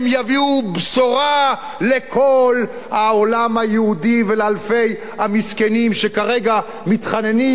הם יביאו בשורה לכל העולם היהודי ולאלפי המסכנים שכרגע מתחננים,